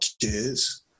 kids